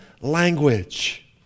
language